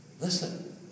listen